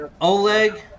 Oleg